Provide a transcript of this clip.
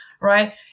right